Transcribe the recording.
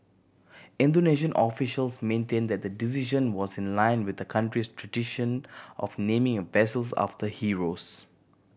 Indonesian officials maintained that the decision was in line with the country's tradition of naming vessels after heroes